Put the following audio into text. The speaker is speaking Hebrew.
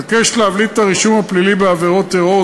מבקשת להבליט את הרישום הפלילי בעבירות טרור.